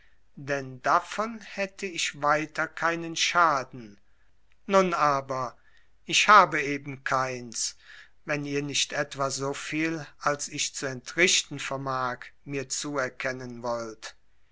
denn davon hätte ich weiter keinen schaden nun aber ich habe eben keins wenn ihr nicht etwa so viel als ich zu entrichten vermag mir zuerkennen wollt